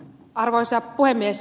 arvoisa puhemies